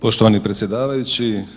Poštovani predsjedavajući.